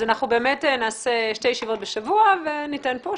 אז אנחנו נעשה שתי ישיבות בשבוע וניתן פוש,